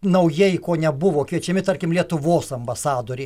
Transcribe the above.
naujai ko nebuvo kviečiami tarkim lietuvos ambasadoriai